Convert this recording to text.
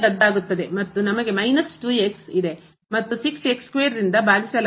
ಮತ್ತು ನಮಗೆ ಮೈನಸ್ ಮತ್ತು ರಿಂದ ಭಾಗಿಸಲಾಗಿದೆ